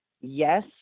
yes